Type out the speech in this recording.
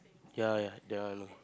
ya ya that one